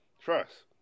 trust